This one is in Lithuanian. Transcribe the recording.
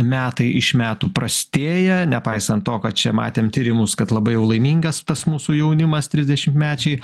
metai iš metų prastėja nepaisant to kad čia matėm tyrimus kad labai jau laimingas tas mūsų jaunimas trisdešimtmečiai